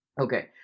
Okay